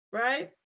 right